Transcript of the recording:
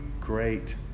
great